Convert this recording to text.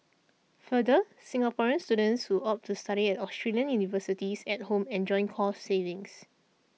further Singaporean students who opt to study at Australian universities at home enjoy cost savings